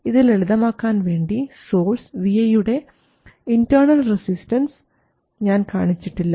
ഇത് ലളിതമാക്കാൻ വേണ്ടി സോഴ്സ് vi യുടെ ഇൻറർണൽ റസിസ്റ്റൻസ് ഞാൻ കാണിച്ചിട്ടില്ല